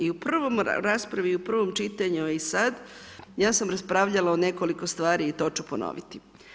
I u prvoj raspravi i u prvom čitanju, a i sad, ja sam raspravljala o nekoliko stvari i to ću ponoviti.